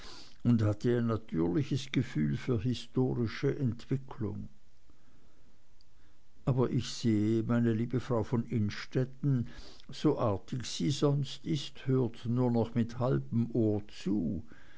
und hatte ein natürliches gefühl für historische entwicklung aber ich sehe meine liebe frau von innstetten so artig sie sonst ist hört nur noch mit halbem ohr zu